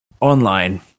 online